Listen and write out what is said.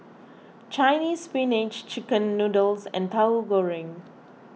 Chinese Spinach Chicken Noodles and Tauhu Goreng